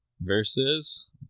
versus